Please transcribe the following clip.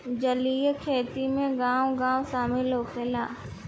जलीय खेती में गाँव गाँव शामिल होखेला